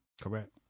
Correct